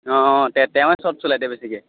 অঁ তে তেওঁৰে সব চলে এতিয়া বেছিকৈ